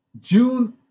June